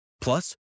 Plus